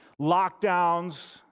lockdowns